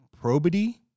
probity